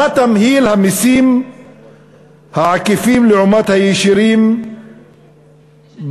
מה תמהיל המסים העקיפים לעומת הישירים בתקציב?